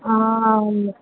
ஆ